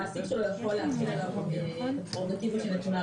המעסיק שלו יכול להחיל עליו --- או מפאת